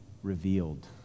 revealed